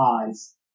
eyes